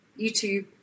YouTube